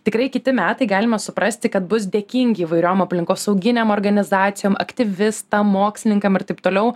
tikrai kiti metai galima suprasti kad bus dėkingi įvairiom aplinkosauginėm organizacijom aktyvistam mokslininkam ir taip toliau